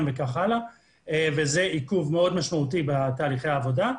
וכך הלאה וזה עיכוב מאוד משמעותי בתהליכי העבודה.